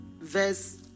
verse